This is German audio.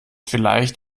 vielleicht